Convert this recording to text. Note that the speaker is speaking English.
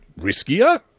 Riskier